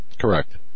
Correct